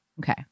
Okay